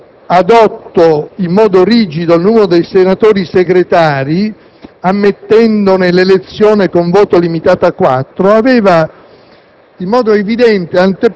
che ha fissato in modo rigido a otto il numero dei senatori Segretari, ammettendone l'elezione con voto limitato a quattro, aveva